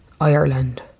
Ireland